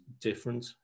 different